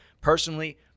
personally